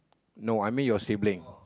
no I mean your sibling